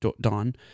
dawn